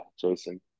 Jason